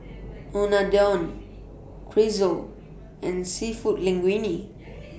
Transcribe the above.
Unadon Chorizo and Seafood Linguine